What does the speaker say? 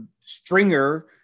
stringer